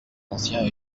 anciens